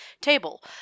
table